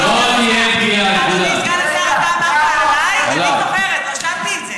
אבל, אדוני סגן השר, לא תהיה פגיעה.